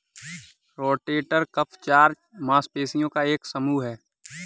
rotator cuff चार मांसपेशियों का एक समूह है